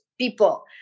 people